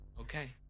Okay